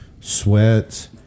sweats